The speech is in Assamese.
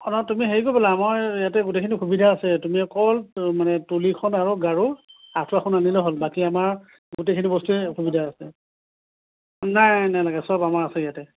ন তুমি হেৰি কৰিবা আমাৰ ইয়াতে গোটেইখিনি সুবিধা আছে তুমি অকল মানে তুলিখন আৰু গাৰু আঠুৱাখন আনিলে হ'ল বাকী আমাৰ গোটেইখিনি বস্তুৰে সুবিধা আছে নাই নালাগে চব আমাৰ আছেয়েই ইয়াতে